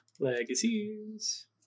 Legacies